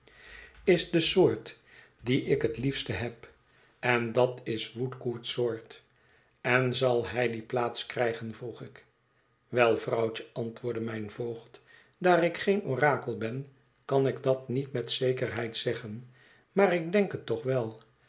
is de soort die ik het liefste heb en dat is woodcourt's soort en zal hij die plaats krijgen vroeg ik wel vrouwtje antwoordde mijn voogd daar ik geen orakel ben kan ik dat niet met zekerheid zeggen maar ik denk het toch wel